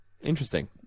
Interesting